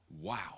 wow